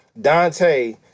Dante